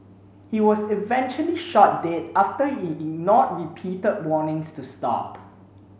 he was eventually shot dead after he ignored repeated warnings to stop